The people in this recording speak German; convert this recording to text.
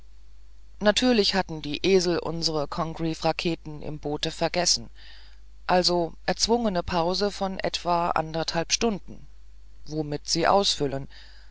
natürlich hatten die esel unsere congreve raketen im boote vergessen also erzwungene pause von etwa anderthalb stunden womit sie ausfüllen